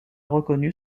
reconnu